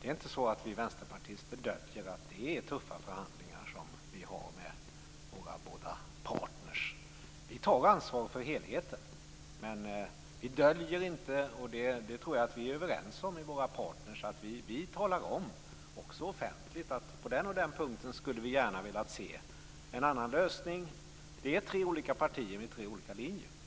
Det är inte så att vi vänsterpartister döljer att vi har tuffa förhandlingar med båda våra partner. Vi tar ansvar för helheten, men vi döljer ingenting och det tror jag vi är överens med våra partner om. Vi talar om, också offentligt, att på den och den punkten skulle vi gärna ha velat se en annan lösning. Det är ju tre olika partier med tre olika linjer.